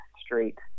Street